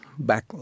back